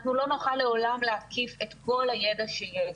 אנחנו לא נוכל לעולם להקיף את כל הידע שיש.